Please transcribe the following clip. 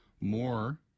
more